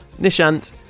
Nishant